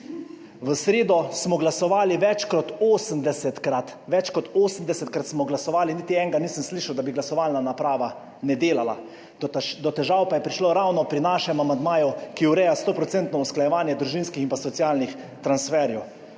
V sredo smo glasovali več kot 80-krat. Več kot 80-krat smo glasovali, niti enega nisem slišal, da bi glasovalna naprava ne delala, do težav pa je prišlo ravno pri našem amandmaju, ki ureja stoprocentno usklajevanje družinskih in socialnih transferjev.